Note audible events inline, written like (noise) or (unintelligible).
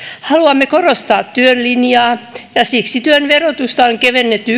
haluamme korostaa työn linjaa ja siksi työn verotusta on kevennetty (unintelligible)